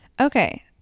Okay